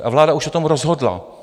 A vláda už o tom rozhodla.